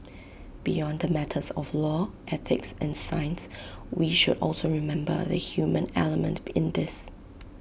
beyond the matters of law ethics and science we should also remember the human element in this